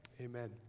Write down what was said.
Amen